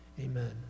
Amen